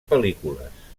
pel·lícules